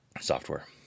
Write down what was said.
software